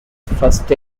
first